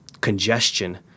congestion